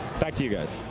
back to you, guys.